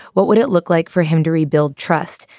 what would it look like for him to rebuild trust?